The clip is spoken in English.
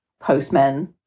postmen